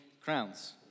crowns